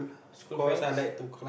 school fence